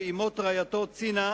שעם מות רעייתו צינה,